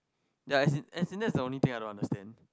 ya as in as in that's the only thing I don't understand